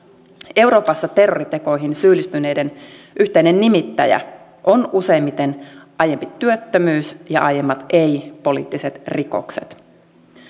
euroopassa terroritekoihin syyllistyneiden yhteinen nimittäjä on useimmiten aiempi työttömyys ja aiemmat ei poliittiset rikokset